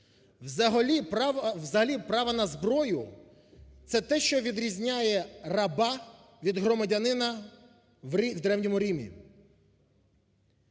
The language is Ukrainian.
Взагалі право на зброю – це те, що відрізняє раба від громадянина в Древньому Римі.